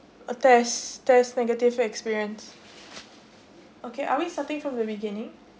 uh test test negative experience okay are we starting from the beginning